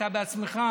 קבענו.